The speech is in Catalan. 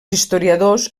historiadors